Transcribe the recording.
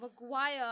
Maguire